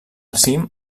cim